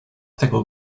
tego